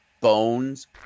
bones